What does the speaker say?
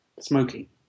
Smoky